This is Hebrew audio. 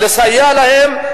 לסייע להם,